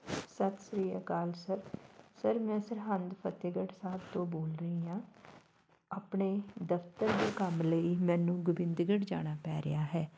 ਸਤਿ ਸ਼੍ਰੀ ਅਕਾਲ ਸਰ ਸਰ ਮੈਂ ਸਰਹੰਦ ਫਤਿਹਗੜ੍ਹ ਸਾਹਿਬ ਤੋਂ ਬੋਲ ਰਹੀ ਹਾਂ ਆਪਣੇ ਦਫਤਰ ਦੇ ਕੰਮ ਲਈ ਮੈਨੂੰ ਗੋਬਿੰਦਗੜ੍ਹ ਜਾਣਾ ਪੈ ਰਿਹਾ ਹੈ